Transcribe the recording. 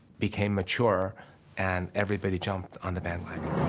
became mature and everybody jumped on the bandwagon.